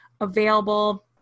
available